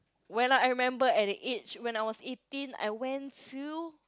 when I remember at the age when I was eighteen I went to